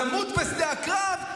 למות בשדה הקרב,